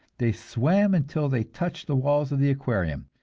they swam until they touched the walls of the aquarium,